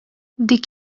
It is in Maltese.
dik